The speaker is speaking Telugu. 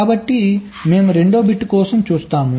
కాబట్టి మేము రెండవ బిట్ కోసం చూస్తాము